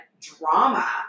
drama